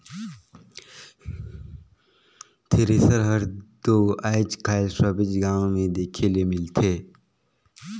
thresher हर दो आएज काएल सबेच गाँव मे देखे ले मिलथे